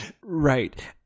Right